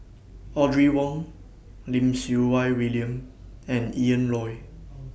Audrey Wong Lim Siew Wai William and Ian Loy